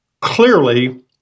Clearly